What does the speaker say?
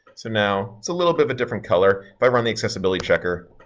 so now a little bit a different color, if i run the accessibility checker,